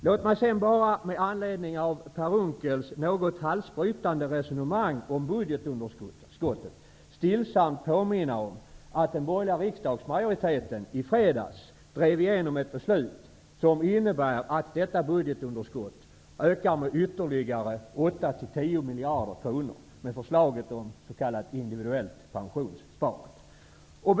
Låt mig sedan med anledning av Per Unckels något halsbrytande resonemang om budgetunderskottet stillsamt påminna om att den borgerliga riksdagsmajoriteten i fredags drev igenom ett beslut som innebär att detta budgetunderskott ökar med ytterligare 8--10 miljarder kronor med förslaget om s.k. individuellt pensionssparande.